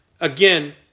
Again